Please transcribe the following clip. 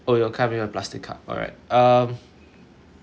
oh it'll come in a plastic cup alright um